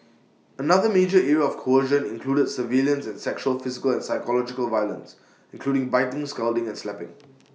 another major area of coercion included surveillance and sexual physical and psychological violence including biting scalding and slapping